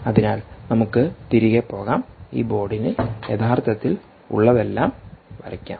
അതിനാൽ നമുക്ക് തിരികെ പോകാം ഈ ബോർഡിൽ യഥാർത്ഥത്തിൽ ഉള്ളതെല്ലാം വരയ്ക്കാം